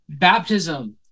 Baptism